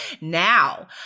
Now